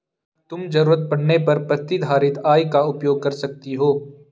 तुम ज़रूरत पड़ने पर प्रतिधारित आय का उपयोग कर सकती हो